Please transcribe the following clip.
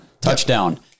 touchdown